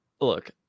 Look